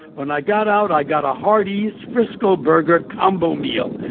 when i got out, i got a hardee's frisco burger combo meal.